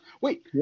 Wait